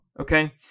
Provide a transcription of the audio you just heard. okay